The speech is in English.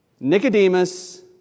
Nicodemus